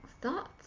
thoughts